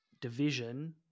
division